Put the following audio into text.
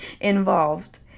involved